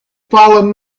fallen